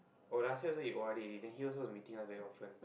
oh last year also he o_r_d already then he also is meeting us very often